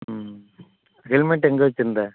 ம் ஹெல்மெட் எங்கே வச்சுருந்த